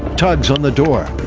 tugs on the door,